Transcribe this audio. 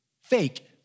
fake